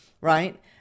Right